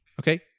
Okay